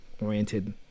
oriented